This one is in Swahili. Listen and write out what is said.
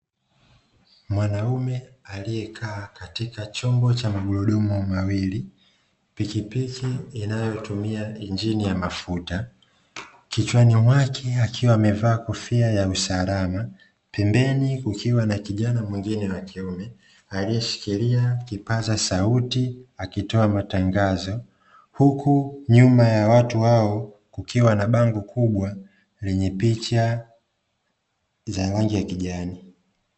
Mwanaume aliyekaa katika chombo cha magurudumu mawili, pikipiki inayotumia injini ya mafuta kichwani mwake akiwa amevaa kofia ya usalama pembeni kukiwa na kijana mwingine wa kiume anayeshikilia kipaza sauti akitoa matangazo, huku nyuma ya watu hao kukiwa na bango kubwa lenye picha za rangi ya kijani.